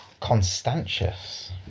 Constantius